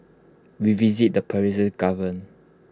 we visited the Persian